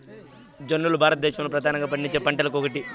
జొన్నలు భారతదేశంలో ప్రధానంగా పండించే పంటలలో ఒకటి